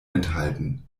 enthalten